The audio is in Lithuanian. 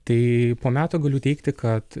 tai po metų galiu teigti kad